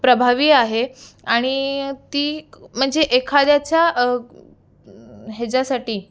प्रभावी आहे आणि ती म्हणजे एखाद्याच्या ह्याच्यासाठी